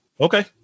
Okay